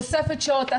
תוספת שעות,